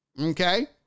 okay